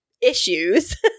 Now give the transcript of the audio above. issues